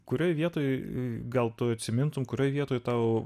kurioje vietoj gal tu atsimintumei kurioje vietoj tau